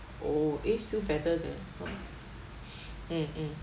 oh eh still better than a mm mm